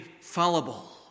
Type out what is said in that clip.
fallible